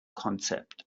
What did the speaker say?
konzept